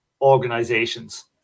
organizations